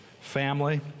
family